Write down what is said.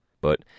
But